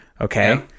okay